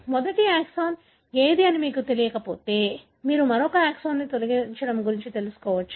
మొదటి ఎక్సాన్ ఏది అని మీకు తెలియకపోతే మీరు మరొక ఎక్సాన్ను తొలగించడం గురించి తెలుసుకోవచ్చు